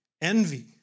envy